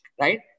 right